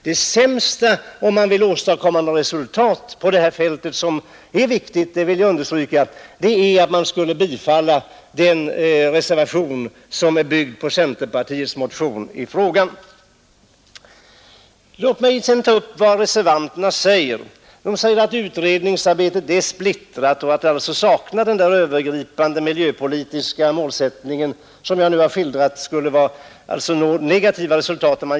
Det sämsta man kan göra om man vill åstadkomma något resultat på det här fältet — som är viktigt, det vill jag understryka — är att bifalla den reservation som är byggd på centerpartiets motion i frågan. Låt mig också ta upp vad reservanterna anför. De säger att utredningsarbetet är splittrat och saknar övergripande miljöpolitisk målsättning — en målsättning som jag nu har visat skulle ge negativa resultat.